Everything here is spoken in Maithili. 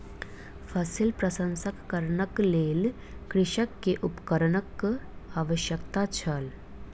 फसिल प्रसंस्करणक लेल कृषक के उपकरणक आवश्यकता छल